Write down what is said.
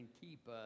keep